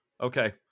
okay